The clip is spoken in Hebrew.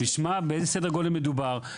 נשמע באיזה סדר גודל מדובר,